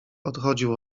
odchodził